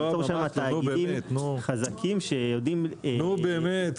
תאגידים חזקים שיודעים- -- נו, באמת.